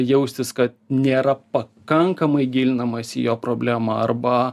jaustis kad nėra pakankamai gilinamasi į jo problemą arba